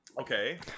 Okay